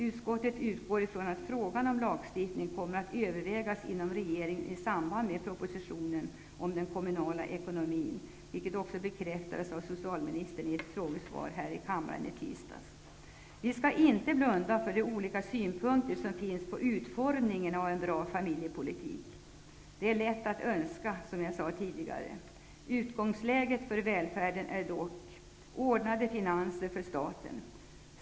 Utskottet utgår från att frågan om lagstiftning kommer att övervägas inom regeringen i samband med propositionen om den kommunala ekonomin, vilket också bekräftades av socialministern i ett frågesvar här i kammaren i tisdags. Vi skall inte blunda för de olika synpunkter som finns på utformningen av en bra familjepolitik. Det är lätt att önska, som jag sade tidigare. Utgångsläget för välfärden är dock ordnade finanser för staten.